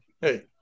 hey